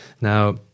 Now